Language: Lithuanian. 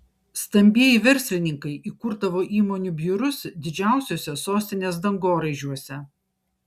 stambieji verslininkai įkurdavo įmonių biurus didžiausiuose sostinės dangoraižiuose